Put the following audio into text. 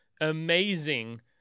amazing